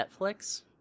Netflix